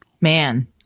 Man